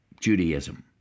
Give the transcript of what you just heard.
Judaism